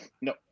No